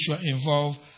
involved